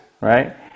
right